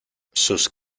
sus